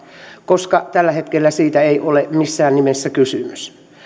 koska tällä hetkellä siitä ei ole missään nimessä kysymys